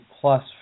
plus